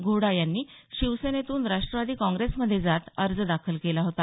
घोडा यांनी शिवसेनेतून राष्ट्रवादी काँग्रेसमध्ये जात अर्ज दाखल केला होता